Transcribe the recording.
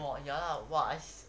!wah! ya lah !wah!